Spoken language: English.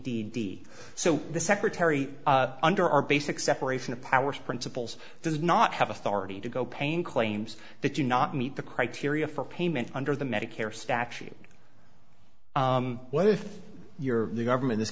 five the so the secretary under our basic separation of powers principles does not have authority to go pain claims that you not meet the criteria for payment under the medicare statute what if you're the government